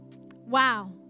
Wow